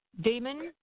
Damon